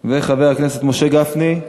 וחבר הכנסת משה גפני.